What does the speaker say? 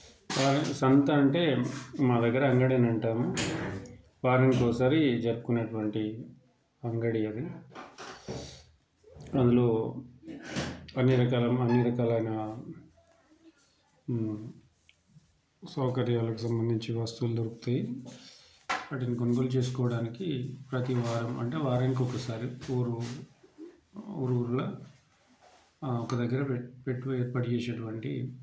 వారి సంత అంటే మా దగ్గరగా అంగడని అంటాము వారానికి ఒకసారి జరుపుకునేటువంటి అంగడి అది అందులో అన్ని రకాల అన్ని రకాలైన సౌకర్యాలకు సంబంధించి వస్తువులు దొరుకుతాయి వాటిని కొనుగోలు చేసుకోవడానికి ప్రతి వారం అంటే వారానికి ఒకసారి ఊరు ఊరూర్లో ఒక దగ్గర పెట్టి పెట్టుకొని ఏర్పాటు చేసే వంటి